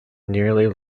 nearly